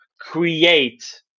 create